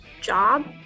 job